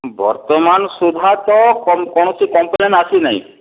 ବର୍ତ୍ତମାନ ସୁଦ୍ଧା ତ କୌଣସି କମ୍ପ୍ଲେନ ଆସି ନାହିଁ